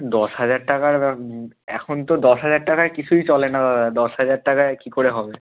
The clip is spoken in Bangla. দশ হাজার টাকার এখন তো দশ হাজার টাকায় কিছুই চলে না দাদা দশ হাজার টাকায় কী করে হবে